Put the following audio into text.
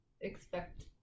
expect